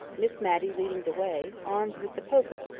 miss matty leading the way, armed with the poker,